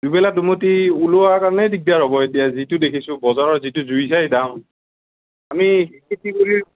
দুবেলা দুমুঠি ওলোৱাৰ কাৰণেই দিগদাৰ হ'ব এতিয়া যিটো দেখিছোঁ বজাৰৰ যিটো জুই চাই দাম আমি খেতি কৰি